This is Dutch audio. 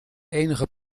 enige